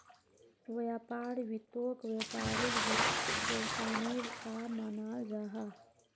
व्यापार वित्तोक व्यापारेर वित्त्पोशानेर सा मानाल जाहा